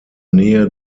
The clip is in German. nähe